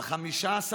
ב-15 בניסן,